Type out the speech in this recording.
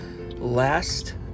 last